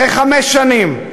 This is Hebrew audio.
אחרי חמש שנים,